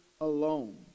alone